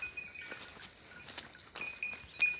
ಕಂತಿನ ರೊಕ್ಕನ ಆನ್ಲೈನ್ ದಾಗ ಕಟ್ಟಬಹುದೇನ್ರಿ?